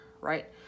right